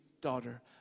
daughter